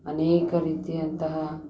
ಅನೇಕ ರೀತಿಯಂತಹ